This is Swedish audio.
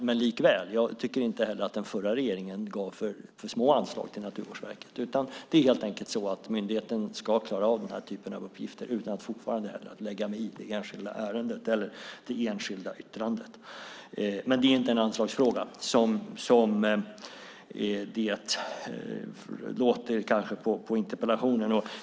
Men likväl tycker jag inte heller att den förra regeringen gav för små anslag till Naturvårdsverket. Det är helt enkelt så att myndigheten ska klara av den här typen av uppgifter - det hävdar jag fortfarande utan att lägga mig i det enskilda yttrandet. Det är inte en anslagsfråga, som det kanske låter på interpellationen.